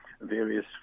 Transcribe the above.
various